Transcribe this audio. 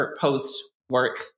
post-work